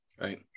Right